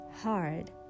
hard